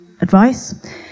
advice